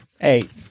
Eight